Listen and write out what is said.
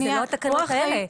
אלה לא התקנות האלה.